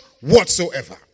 whatsoever